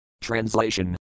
Translation